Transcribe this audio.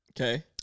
Okay